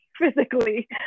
physically